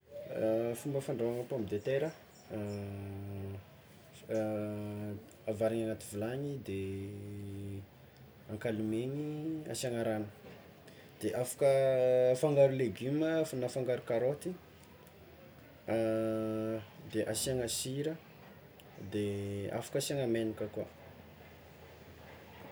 Fomba fandrahoana pomme de tera avarigny agnaty vilany de ankalemegny asiagna ragno, de afaka afangaro legioma, afaka afangaro karaoty de asiàgna sira, de afaka asiàgna megnaka koa.